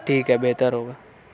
ٹھیک ہے بہتر ہوگا